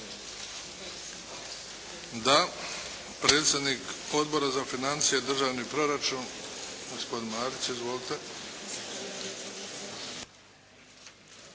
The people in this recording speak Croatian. Da. Predsjednik Odbora za financije i državni proračun gospodin Marić. Izvolite.